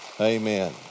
amen